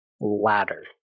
ladder